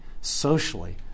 socially